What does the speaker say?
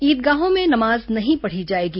ईदगाहों में नमाज नहीं पढ़ी जाएगी